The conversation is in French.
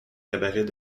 cabarets